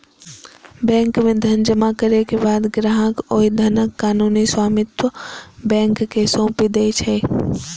bank मे धन जमा करै के बाद ग्राहक ओइ धनक कानूनी स्वामित्व बैंक कें सौंपि दै छै